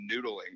noodling